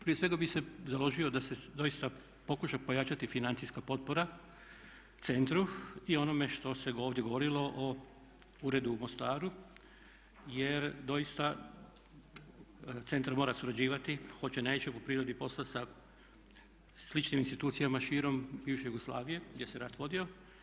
Prije svega bih se založio da se doista pokuša pojačati financijska potpora centru i onome što se ovdje govorilo o uredu u Mostaru, jer doista centar mora surađivati hoće neće po prirodi posla sa sličnim institucijama širom bivše Jugoslavije gdje se rat vodio.